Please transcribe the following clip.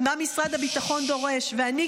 מה משרד הביטחון דורש והיא,